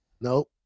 Nope